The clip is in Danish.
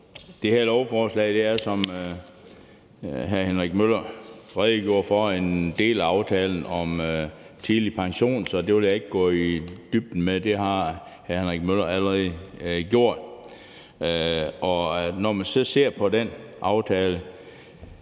Det her lovforslag er, som hr. Henrik Møller redegjorde for, en del af aftalen om tidlig pension, så det vil jeg ikke gå i dybden med. Det har hr. Henrik Møller allerede gjort. Den aftale